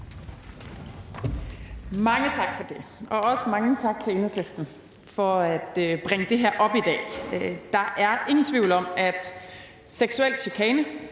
Mange tak for det, og også mange tak til Enhedslisten for at bringe det her op i dag. Der er ingen tvivl om, at seksuel chikane